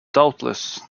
doubtless